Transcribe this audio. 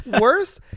worst